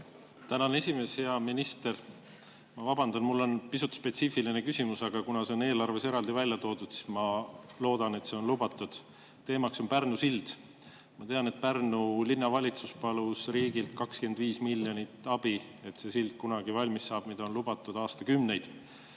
Tänan, esimees! Hea minister! Ma vabandan, mul on pisut spetsiifiline küsimus, aga kuna see on eelarves eraldi välja toodud, siis ma loodan, et see küsimus on lubatud. Teema on Pärnu sild. Ma tean, et Pärnu linnavalitsus palus riigilt 25 miljonit abi, et see sild, mida on lubatud aastakümneid,